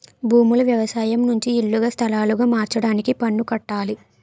భూములు వ్యవసాయం నుంచి ఇల్లుగా స్థలాలుగా మార్చడానికి పన్ను కట్టాలి